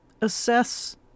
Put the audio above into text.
assess